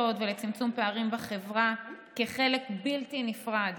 ולצמצום פערים בחברה כחלק בלתי נפרד